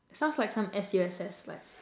sounds like some S_U_S_S like